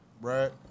Brad